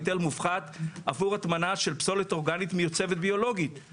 היטל מופחת עבור הטמנה של פסולת אורגנית מיוצבת ביולוגית.